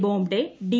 Bobde D